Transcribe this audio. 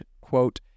quote